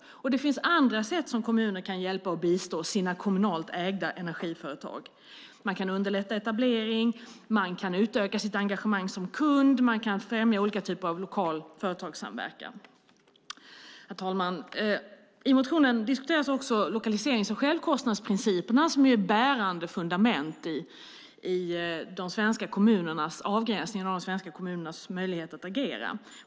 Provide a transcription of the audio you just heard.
Det finns dessutom andra sätt som kommuner kan hjälpa och bistå sina kommunalt ägda energiföretag. Man kan underlätta etablering, man kan utöka sitt engagemang som kund och man kan främja olika typer av lokal företagssamverkan. I motionen diskuteras också lokaliserings och självkostnadsprinciperna som är ett bärande fundament i avgränsningen av de svenska kommunernas möjlighet att agera.